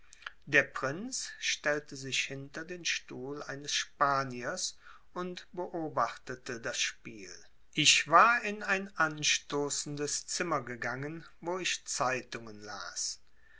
der prinz stellte sich hinter den stuhl eines spaniers und beobachtete das spiel ich war in ein anstoßendes zimmer gegangen wo ich zeitungen las